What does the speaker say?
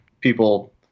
people